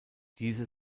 diese